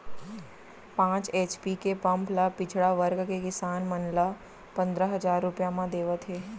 पांच एच.पी के पंप ल पिछड़ा वर्ग के किसान मन ल पंदरा हजार रूपिया म देवत हे